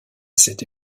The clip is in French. cette